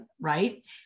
Right